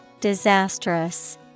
disastrous